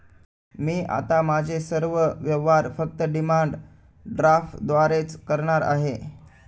मी आता माझे सर्व व्यवहार फक्त डिमांड ड्राफ्टद्वारेच करणार आहे